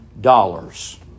dollars